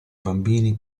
bambini